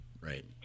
Right